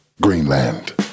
Greenland